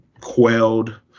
quelled